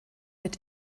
mit